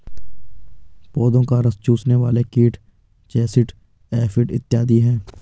पौधों का रस चूसने वाले कीट जैसिड, एफिड इत्यादि हैं